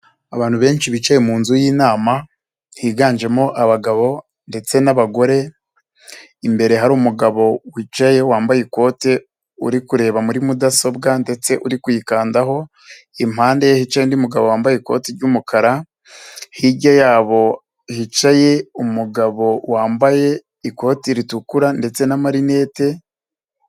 Abantu benshi bicaye mu nzu y'inama, higanjemo abagabo ndetse n'abagore, imbere hari umugabo wicaye, wambaye ikote, uri kureba muri mudasobwa ndetse uri kwiyikandaho, mpandehica undi mugabo wambaye ikoti ry'umukara, hirya yabo hicaye umugabo wambaye ikoti ritukura ndetse n'amarinete.